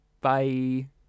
bye